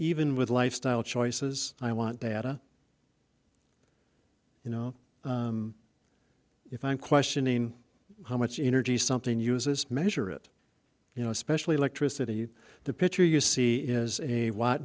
even with lifestyle choices i want data you know if i'm questioning how much energy something uses measure it you know especially electricity the picture you see is a w